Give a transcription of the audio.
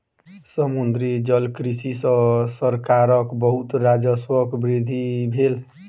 समुद्री जलकृषि सॅ सरकारक बहुत राजस्वक वृद्धि भेल